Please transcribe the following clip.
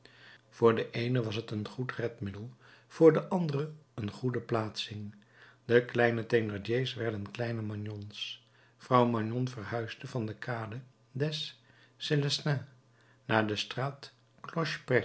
voor de eene was t een goed redmiddel voor de andere een goede plaatsing de kleine thénardiers werden kleine magnons vrouw magnon verhuisde van de kade des celestins naar de straat